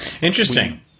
Interesting